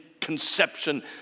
conception